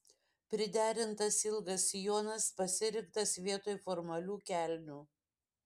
priderintas ilgas sijonas pasirinktas vietoj formalių kelnių